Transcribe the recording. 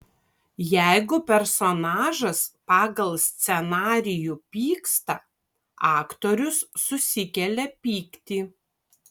jeigu personažas pagal scenarijų pyksta aktorius susikelia pyktį